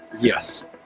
Yes